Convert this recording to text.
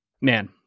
man